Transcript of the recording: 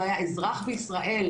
לא היה אזרח בישראל,